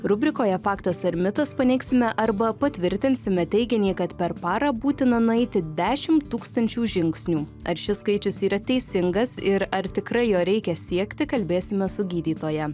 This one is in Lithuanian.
rubrikoje faktas ar mitas paneigsime arba patvirtinsime teiginį kad per parą būtina nueiti dešim tūkstančių žingsnių ar šis skaičius yra teisingas ir ar tikrai jo reikia siekti kalbėsime su gydytoja